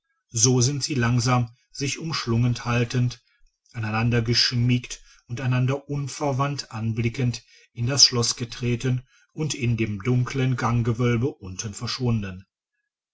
so sind sie langsam sich umschlungen haltend aneinandergeschmiegt und einander unverwandt anblickend in das schloß getreten und in dem dunklen ganggewölbe unten verschwunden